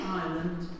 island